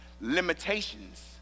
Limitations